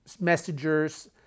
messengers